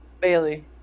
Bailey